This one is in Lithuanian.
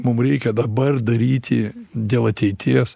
mum reikia dabar daryti dėl ateities